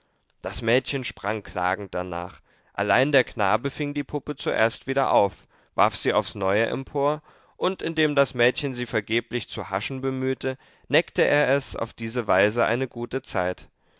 das mädchen sprang klagend danach allein der knabe fing die puppe zuerst wieder auf warf sie aufs neue empor und indem das mädchen sie vergeblich zu haschen bemühte neckte er es auf diese weise eine gute zeit